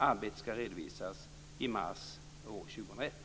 Arbetet ska redovisas i mars år 2001.